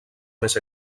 més